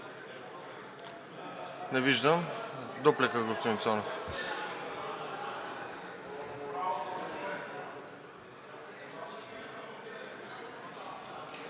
Не виждам. Дуплика – господин Цонев.